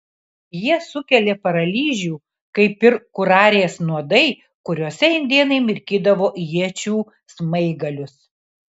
jie sukelia paralyžių kaip ir kurarės nuodai kuriuose indėnai mirkydavo iečių smaigalius